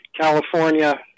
California